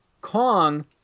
Kong